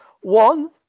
One